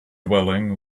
dwelling